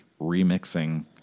remixing